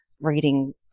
reading